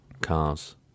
cars